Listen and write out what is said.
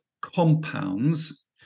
compounds